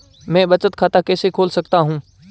मैं बचत खाता कैसे खोल सकता हूँ?